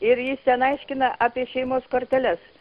ir jis ten aiškina apie šeimos korteles